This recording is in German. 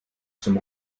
zum